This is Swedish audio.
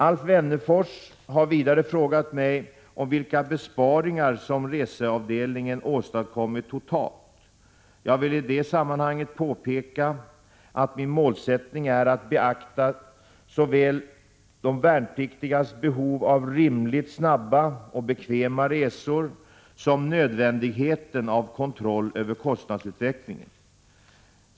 Alf Wennerfors har vidare frågat mig om vilka besparingar som reseavdelningen åstadkommit totalt. Jag vill i sammanhanget påpeka att min målsättning är att beakta såväl de värnpliktigas behov av rimligt snabba och bekväma resor som nödvändigheten av kontroll över kostnadsutvecklingen.